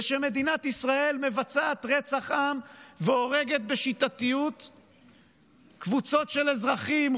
ושמדינת ישראל מבצעת רצח עם והורגת בשיטתיות קבוצות של אזרחים,